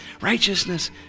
Righteousness